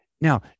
now